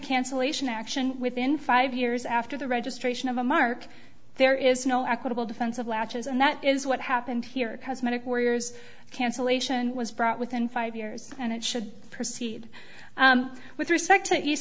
cancellation action within five years after the registration of a mark there is no equitable defense of latches and that is what happened here cosmetic warrior's cancellation was brought within five years and it should proceed with respect to